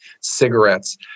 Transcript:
cigarettes